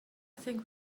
think